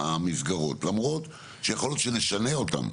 המסגרות למרות שיכול להיות שנשנה אותן,